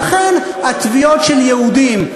ולכן התביעות של יהודים,